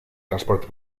transporte